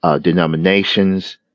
denominations